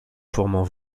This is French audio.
formant